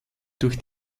durch